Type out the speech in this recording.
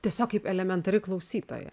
tiesiog kaip elementari klausytoja